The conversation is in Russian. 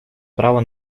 право